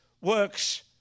works